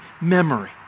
memory